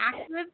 active